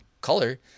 color